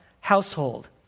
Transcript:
household